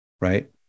right